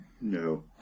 No